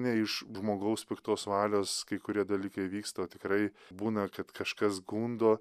ne iš žmogaus piktos valios kai kurie dalykai vyksta tikrai būna kad kažkas gundo